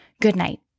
goodnight